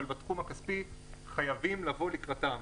אבל חייבים לבוא לקראתם